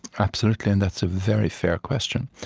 absolutely, and that's a very fair question.